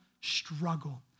struggle